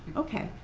ok,